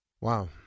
Wow